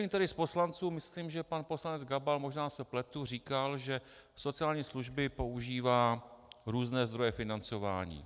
Nevím, který z poslanců, myslím, že pan poslanec Gabal, možná se pletu, říkal, že sociální služby používá různé zdroje financování.